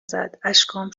زد، اشکام